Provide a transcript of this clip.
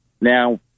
now